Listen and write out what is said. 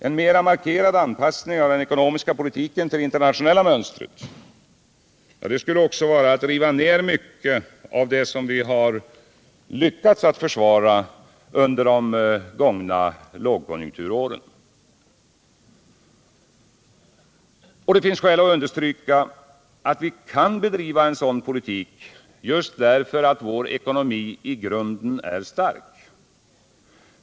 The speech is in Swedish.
En mera markerad anpassning av den ekonomiska politiken till det internationella mönstret skulle också vara att riva ner mycket av det som vi har lyckats att försvara under de gångna två lågkonjunkturåren. Det finns också skäl att understryka att vi kan bedriva en sådan politik just därför att vår ekonomi i grunden är stark.